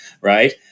right